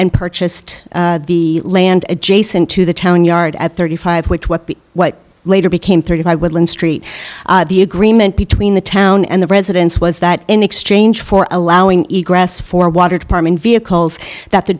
and purchased the land adjacent to the town yard at thirty five which what the what later became thirty five woodland street the agreement between the town and the residents was that in exchange for allowing eat grass for water department vehicles that the